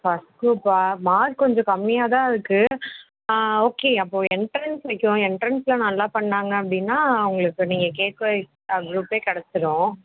first இப்போ mark கொஞ்சம் கம்மியாக தான் இருக்குது ஓகே அப்போது எண்ட்ரன்ஸ் வைக்கிறோம் எண்ட்ரன்ஸில் நல்லா பண்ணாங்க அப்படின்னா அவங்களுக்கு நீங்கள் கேக்கிற க்ரூப்பே கிடைச்சிரும்